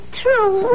true